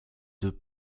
deux